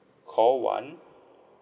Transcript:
call one